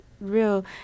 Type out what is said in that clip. real